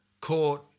court